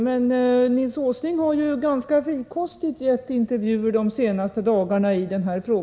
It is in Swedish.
Men Nils Åsling har ganska frikostigt gett intervjuer i den här frågan under de senaste dagarna.